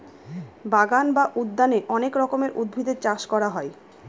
বাগান বা উদ্যানে অনেক রকমের উদ্ভিদের চাষ করা হয়